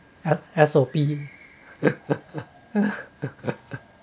S_O_P